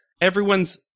everyone's